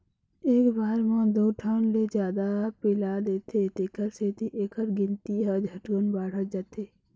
एक बार म दू ठन ले जादा पिला देथे तेखर सेती एखर गिनती ह झटकुन बाढ़त जाथे